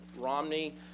Romney